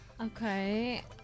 Okay